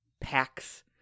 packs